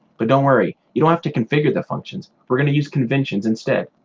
but don't worry, you don't have to configure the functions. we're going to use conventions instead.